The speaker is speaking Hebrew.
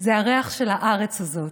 זה הריח של הארץ הזאת.